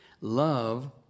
Love